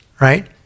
right